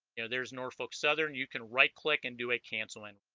there's norfolk southern you can right-click and do a canceling